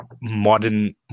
modern